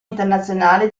internazionale